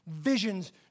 visions